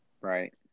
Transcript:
Right